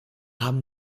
haben